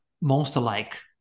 monster-like